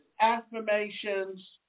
affirmations